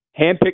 handpicked